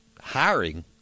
hiring